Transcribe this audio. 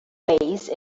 base